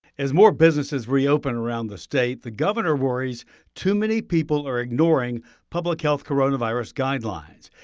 as more businesses reopen around the state, the governor worries too many people are ignoring public health coronavirus guidelines.